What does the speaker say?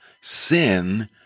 sin